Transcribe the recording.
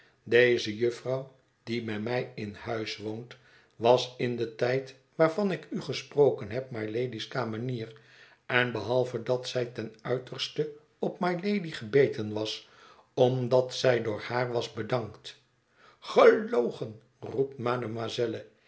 deze jufvrouw die bij mij in huis woont was in den tijd waarvan ik u gesproken heb mylady's kamenier en behalve dat zij ten uiterste op mylady gebeten was omdat zij door haar was bedankt gelogen roept